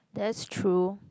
that's true